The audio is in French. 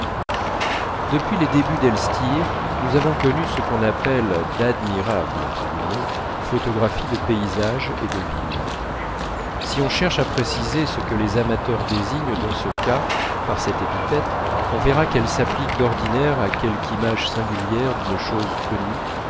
depuis les débuts d'elstir nous avons connu ce qu'on appelle d'admirables photographies de paysages et de villes si on cherche à préciser ce que les amateurs désignent dans ce cas par cette épithète on verra qu'elle s'applique d'ordinaire à quelque image singulière d'une chose connue